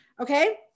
Okay